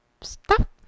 Stop